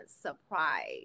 surprise